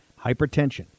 Hypertension